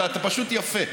אתה פשוט יפה.